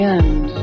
end